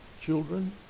children